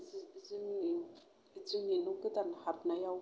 जोंनि न' गोदान हाबनायाव